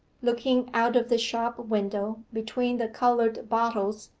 looking out of the shop window, between the coloured bottles,